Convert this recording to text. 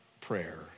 prayer